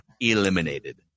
eliminated